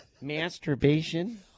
Masturbation